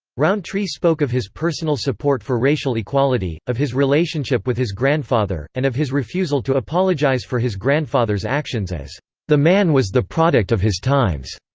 rountree spoke of his personal support for racial equality, of his relationship with his grandfather, and of his refusal to apologize for his grandfather's actions as the man was the product of his times.